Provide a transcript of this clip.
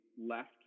left